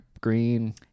green